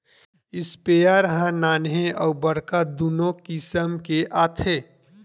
sprayer ह नान्हे अउ बड़का दुनो किसम के आथे